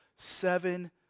Seven